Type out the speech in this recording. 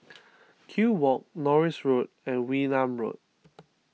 Kew Walk Norris Road and Wee Nam Road